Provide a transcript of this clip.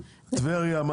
מה עם טבריה?